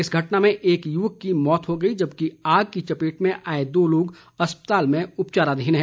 इस घटना में एक युवक की मौत हो गई जबकि आग की चपेट में आए दो लोग अस्पताल में उपचाराधीन है